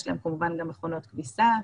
יש להם כמובן גם מכונות כביסה,